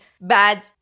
bad